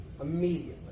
immediately